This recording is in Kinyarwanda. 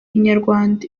inyarwanda